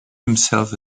himself